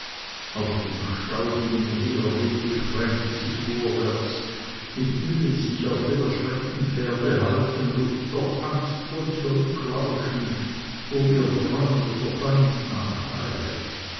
auf dem staubigen heerwege sprengte sie vorwärts mit mühe sich auf dem erschreckten pferde haltend und doch angstvoll zurücklauschend ob ihr freund oder feind nacheile